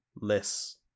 less